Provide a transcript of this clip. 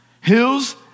Hills